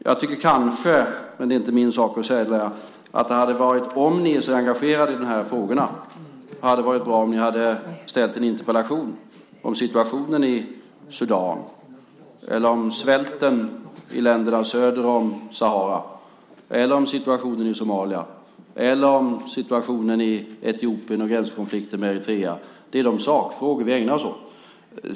Jag tycker kanske, men det är inte min sak att säga det, att det, om ni är så engagerade i de här frågorna, hade varit bra om ni hade ställt en interpellation om situationen i Sudan eller om svälten i länderna söder om Sahara eller om situationen i Somalia eller om situationen i Etiopien och gränskonflikten med Eritrea. Det är de sakfrågor vi ägnar oss åt.